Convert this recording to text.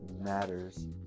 matters